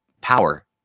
power